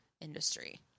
industry